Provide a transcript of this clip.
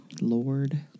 Lord